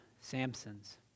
Samson's